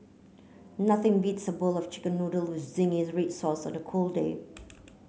nothing beats a bowl of chicken noodles with zingy red sauce on a cold day